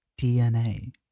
DNA